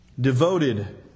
devoted